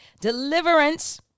Deliverance